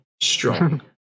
strong